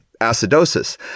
acidosis